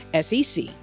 SEC